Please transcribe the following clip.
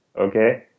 Okay